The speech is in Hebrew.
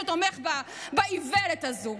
שתומך באיוולת הזו.